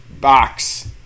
box